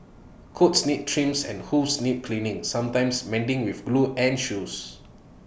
coats need trims and hooves need cleaning sometimes mending with glue and shoes